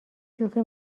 شوخی